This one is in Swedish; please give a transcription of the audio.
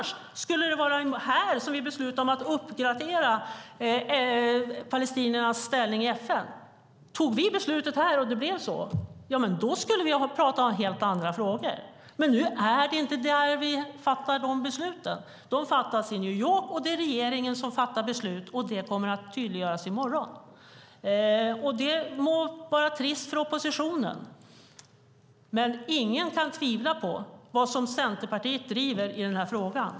Skulle det vara här som vi beslutar om att uppgradera palestiniernas ställning i FN skulle vi prata om helt andra frågor. Men nu är det inte här vi fattar de besluten. De fattas i New York, och det är regeringen som fattar beslut. Det kommer att tydliggöras i morgon. Det må vara trist för oppositionen. Men ingen kan tvivla på vad Centerpartiet driver i den här frågan.